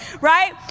Right